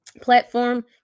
platform